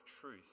truth